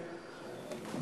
להתקדם,